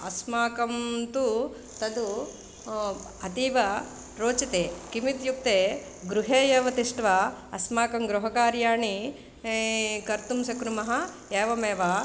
अस्माकं तु तत् अतीव रेचते किमित्युक्ते गृहे एव तिष्ट्वा अस्माकं गृहकार्याणि कर्तुं शक्नुमः एवमेव